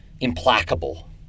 implacable